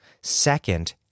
Second